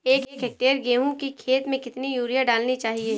एक हेक्टेयर गेहूँ की खेत में कितनी यूरिया डालनी चाहिए?